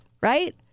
right